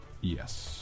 Yes